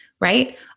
right